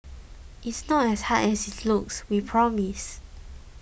it's not as hard as it looks we promise